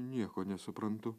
nieko nesuprantu